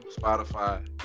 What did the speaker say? Spotify